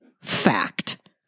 fact